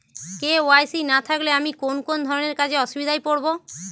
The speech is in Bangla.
কে.ওয়াই.সি না থাকলে আমি কোন কোন ধরনের কাজে অসুবিধায় পড়ব?